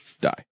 die